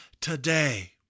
today